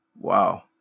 wow